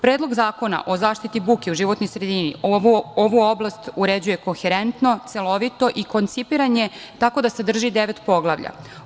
Predlog zakona o zaštiti od buke u životnoj sredini ovu oblast uređuje koherentno, celovito i koncipiran je tako da sadrži devet poglavlja.